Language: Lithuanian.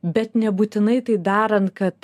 bet nebūtinai tai darant kad